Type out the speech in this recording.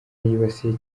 yibasiye